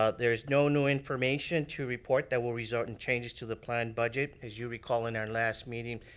ah there's no new information to report that will result in changes to the planned budget. as you recall, in our last meeting,